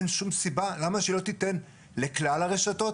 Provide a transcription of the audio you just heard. אין שום סיבה שלא תיתן לכלל הרשתות